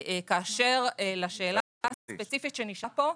כאשר לשאלה הספציפית שנשאלה פה,